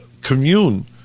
commune